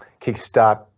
kickstart